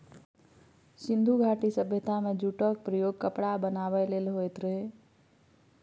सिंधु घाटी सभ्यता मे जुटक प्रयोग कपड़ा बनाबै लेल होइत रहय